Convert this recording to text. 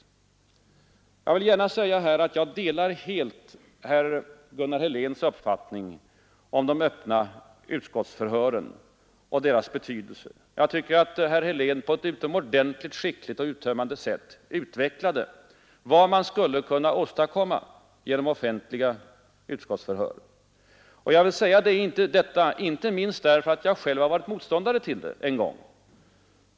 Jag vill i detta sammanhang gärna säga att jag helt delar Gunnar Heléns uppfattning om de öppna utskottsförhören och deras betydelse. Jag tycker att herr Helén på ett utomordentligt skickligt och uttömmande sätt utvecklade vad man skulle kunna åstadkomma genom offentliga utskottsförhör. Jag säger detta inte minst därför att jag själv en gång varit motståndare till det.